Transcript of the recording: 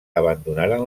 abandonaren